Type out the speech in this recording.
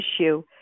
issue